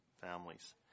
families